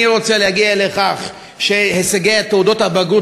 אני רוצה להגיע לכך שהישגי תעודות הבגרות